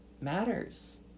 matters